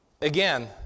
Again